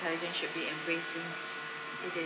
~telligence should be embraced since it i~